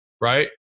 right